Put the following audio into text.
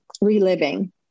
reliving